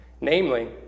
namely